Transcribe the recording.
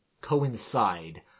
coincide